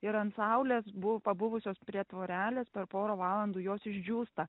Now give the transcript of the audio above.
ir ant saulės bu pabuvusios prie tvorelės per porą valandų jos išdžiūsta